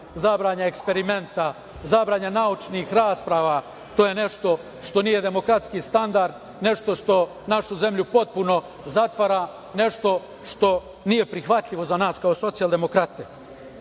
zabrane eksperimenta, zabrane naučnih rasprava, jer to je nešto što nije demokratski standard i nešto što našu zemlju potpuno zatvara i nešto što nije prihvatljivo za nas kao Socijaldemokrate.